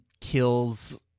kills